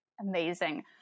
Amazing